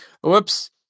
Whoops